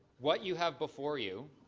what you have before you,